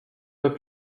pas